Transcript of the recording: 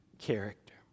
character